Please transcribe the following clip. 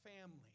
family